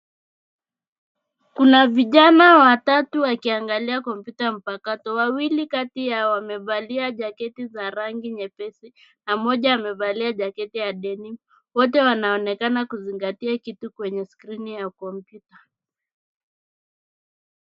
Kuna vijana watatu wakiangalia kompyuta mpakato. Wawili kati yao wamevalia jaketi za rangi nyepesi na mmoja amevalia jaketi ya denim .Wote wanaonekana kuzingatia kitu kwenye skrini ya kompyuta.